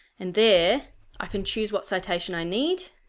and there i can choose what citation i need